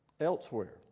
elsewhere